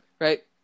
Right